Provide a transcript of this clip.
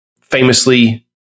famously